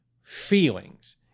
feelings